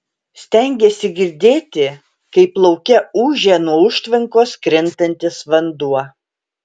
stengėsi girdėti kaip lauke ūžia nuo užtvankos krintantis vanduo